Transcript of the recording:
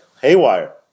haywire